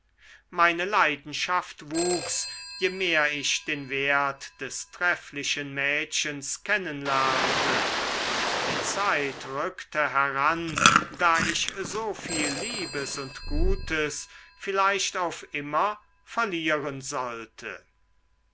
meine leidenschaft wuchs je mehr ich den wert des trefflichen mädchens kennen lernte und die zeit rückte heran da ich so viel liebes und gutes vielleicht auf immer verlieren sollte